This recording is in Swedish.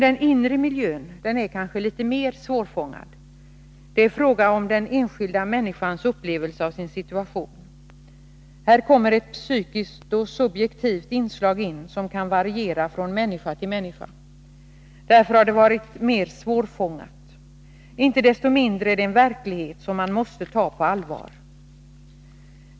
Den inre miljön är kanske litet mera svårfångad. Det är fråga om den enskilda människans upplevelse av sin situation. Här kommer ett psykiskt och subjektivt inslag in, som kan variera från människa till människa. Därför har det varit mer svårfångat, men det är inte desto mindre en verklighet som man måste ta på allvar.